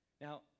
Now